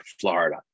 Florida